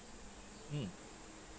mm